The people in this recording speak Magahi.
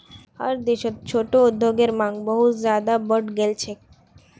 हर देशत छोटो उद्योगेर मांग बहुत ज्यादा बढ़ गेल छेक